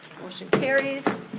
motion carries.